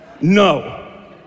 No